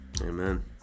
amen